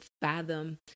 fathom